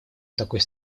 такой